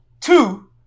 Two